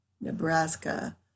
Nebraska